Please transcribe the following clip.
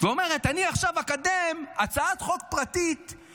ואומרת: אני עכשיו אקדם הצעת חוק פרטית,